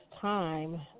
time